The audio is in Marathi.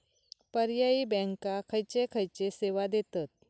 पर्यायी बँका खयचे खयचे सेवा देतत?